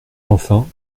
enfin